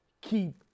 keep